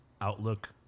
outlook